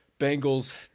Bengals